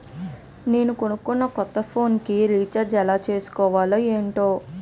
నేను కొనుకున్న కొత్త ఫోన్ కి రిచార్జ్ ఎలా చేసుకోవాలో ఏంటో